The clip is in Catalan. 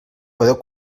podeu